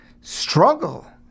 struggle